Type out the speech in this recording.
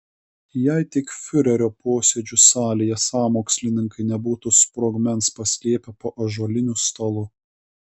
jei tik fiurerio posėdžių salėje sąmokslininkai nebūtų sprogmens paslėpę po ąžuoliniu stalu